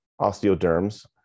osteoderms